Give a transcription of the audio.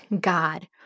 God